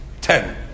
Ten